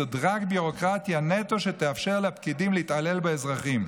זו ביורוקרטיה נטו שתאפשר לפקידים להתעלל באזרחים.